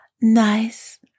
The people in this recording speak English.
nice